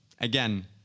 again